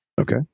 Okay